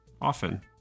often